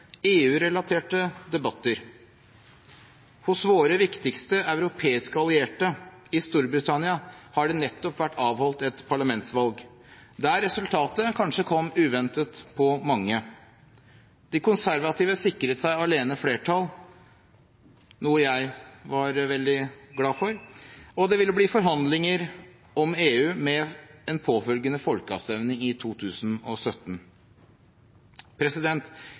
EU-relaterte debatter. Hos våre viktigste europeiske allierte, i Storbritannia, har det nettopp vært avholdt et parlamentsvalg, der resultatet kanskje kom uventet på mange. De konservative sikret seg flertall alene, noe jeg var veldig glad for, og det vil bli forhandlinger med EU, med en påfølgende folkeavstemning i 2017.